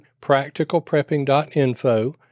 practicalprepping.info